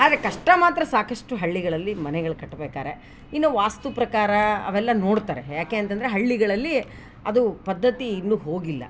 ಆದರೆ ಕಷ್ಟ ಮಾತ್ರ ಸಾಕಿಷ್ಟು ಹಳ್ಳಿಗಳಲ್ಲಿ ಮನೆಗಳು ಕಟ್ಬೇಕಾರೆ ಇನ್ನು ವಾಸ್ತು ಪ್ರಕಾರ ಅವೆಲ್ಲಾ ನೋಡ್ತಾರೆ ಯಾಕೆ ಅಂತಂದರೆ ಹಳ್ಳಿಗಳಲ್ಲಿ ಅದು ಪದ್ಧತಿ ಇನ್ನು ಹೋಗಿಲ್ಲ